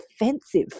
offensive